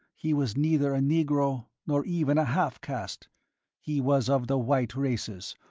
he was neither a negro nor even a half-caste he was of the white races,